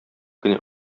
кенә